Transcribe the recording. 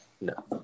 No